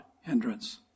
hindrance